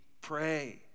pray